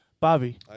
Bobby